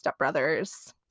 stepbrothers